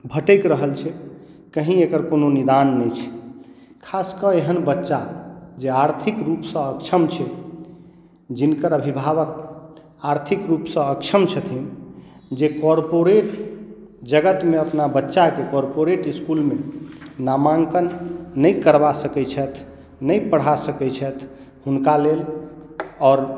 भटकि रहल छै कहीँ एकर कोनो निदान नहि छै खास कऽ एहन बच्चा जे आर्थिक रूपसँ अक्षम छै जिनकर अभिभावक आर्थिक रूपसँ अक्षम छथिन जे कॉरपोरेट जगतमे अपना बच्चाके कॉरपोरेट इस्कुलमे नामाङ्कन नहि करवा सकैत छथि नहि पढ़ा सकैत छथि हुनका लेल आओर